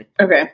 Okay